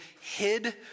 hid